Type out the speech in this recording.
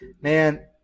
man